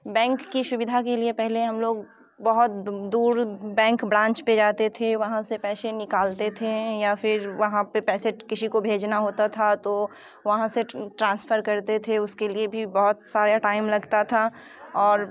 bank की सुविधा के लिए पहले हम लोग बहुत दूर बैंक ब्राँच पे जाते थे वहाँ से पैसे निकालते थे या फिर वहाँ पे पैसे किसी को भेजना होता था तो वहाँ से ट्रांसफर करते थे उसके लिए भी बहुत सारे टाइम लगता था और